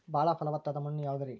ಬಾಳ ಫಲವತ್ತಾದ ಮಣ್ಣು ಯಾವುದರಿ?